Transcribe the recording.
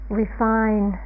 refine